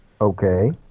Okay